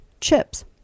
chips